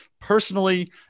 personally